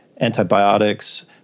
antibiotics